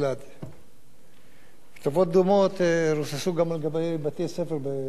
כתובות דומות רוססו גם על גבי בתי-ספר באותו אזור.